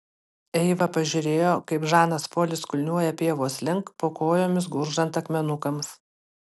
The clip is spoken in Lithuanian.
eiva pažiūrėjo kaip žanas polis kulniuoja pievos link po kojomis gurgždant akmenukams